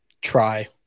Try